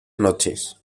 noches